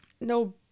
no